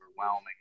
overwhelming